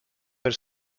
elle